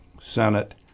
Senate